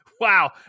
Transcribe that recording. wow